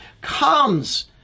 comes